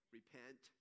Repent